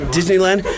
Disneyland